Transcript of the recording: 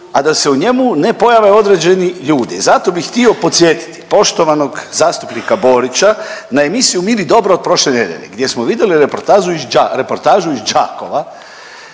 a da se u njemu ne pojave određeni ljudi, zato bih htio podsjetiti poštovanog zastupnika Borića na emisiju Mir i dobro od prošle nedjelje gdje smo vidjeli reportažu iz